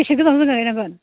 बेसे गोजान गोजान गायनांगोन